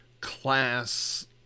class